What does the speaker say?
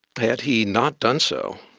had he not done so,